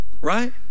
Right